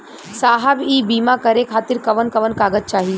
साहब इ बीमा करें खातिर कवन कवन कागज चाही?